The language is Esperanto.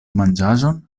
manĝaĵon